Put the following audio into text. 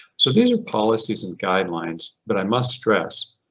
so these are policies and guidelines, but i must stress,